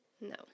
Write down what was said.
No